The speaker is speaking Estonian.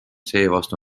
seevastu